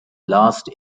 last